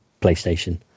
playstation